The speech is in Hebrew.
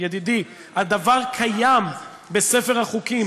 ידידי, הדבר קיים בספר החוקים.